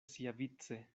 siavice